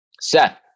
Seth